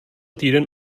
týden